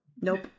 Nope